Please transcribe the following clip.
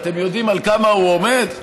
אתם יודעים על כמה הוא עומד?